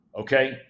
okay